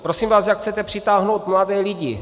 Prosím vás, jak chcete přitáhnout mladé lidi?